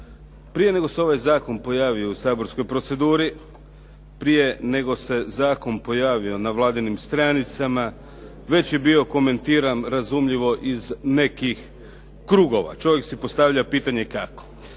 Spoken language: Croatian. Prije nego se ovaj zakon pojavio u saborskoj proceduri, prije nego se zakon pojavio na vladinim stranicama, već je bio komentiran razumljivo iz nekih krugova. Čovjek si postavlja pitanje kako?